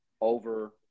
over